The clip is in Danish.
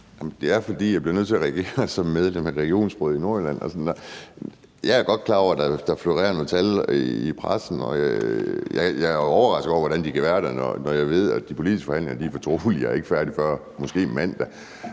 i Nordjylland bliver nødt til at reagere, og jeg er godt klar over, at der florerer nogle tal i pressen, og jeg er også overrasket over, hvordan de kan være der, når jeg ved, at de politiske forhandlinger er fortrolige, og at de ikke er færdige før måske